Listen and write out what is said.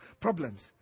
problems